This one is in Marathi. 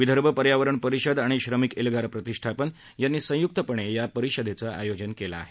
विदर्भ पर्यावरण परिषद आणि श्रमिक एल्गार प्रतिष्ठापन यांनी संयुक्तपणे या परिषदेचं आयोजन केलं आहे